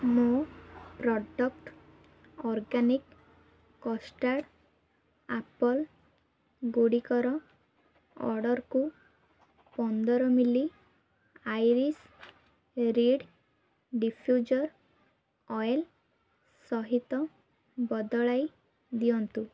ମୁଁ product organic custard apple ଗୁଡ଼ିକର ଅର୍ଡ଼ର୍କୁ ପନ୍ଦର ml Irish reed diffuser oil ସହିତ ବଦଳାଇ ଦିଅନ୍ତୁ